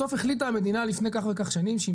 בסוף החליטה המדינה לפני כך וכך שנים שהיא